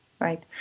right